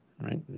right